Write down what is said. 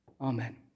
Amen